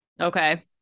Okay